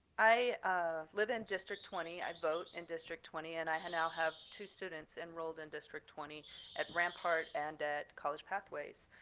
i live in district twenty, i vote in district twenty, and i now have two students enrolled in district twenty at rampart and at college pathways.